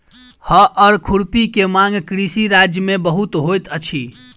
हअर खुरपी के मांग कृषि राज्य में बहुत होइत अछि